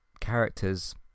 characters